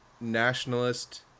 nationalist